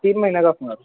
तीन महिन्याचा असणार